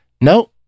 No